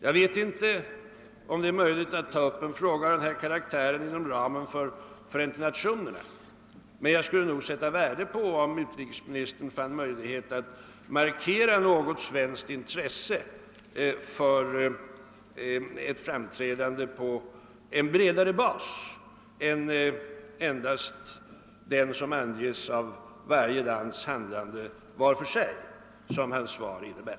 Jag vet inte om det nu är möjligt att ta upp en fråga av denna karaktär inom ramen för Förenta nationerna, men jag skulle sätta värde på om utrikesministern fann möjlighet att markera ett svenskt intresse för ett framträdande på bredare bas än vad enbart varje enskilt lands handlande utgör.